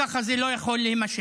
כך זה לא יכול להימשך.